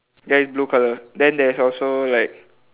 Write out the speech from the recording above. ya it's blue colour then there's also like